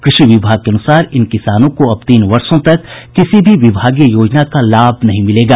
कृषि विभाग के अनुसार इन किसानों को अब तीन वर्षों तक किसी भी विभागीय योजना का लाभ नहीं मिलेगा